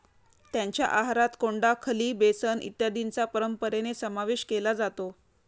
त्यांच्या आहारात कोंडा, खली, बेसन इत्यादींचा परंपरेने समावेश केला जातो